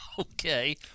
Okay